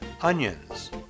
onions